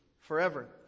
forever